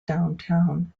downtown